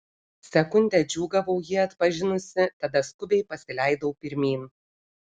sekundę džiūgavau jį atpažinusi tada skubiai pasileidau pirmyn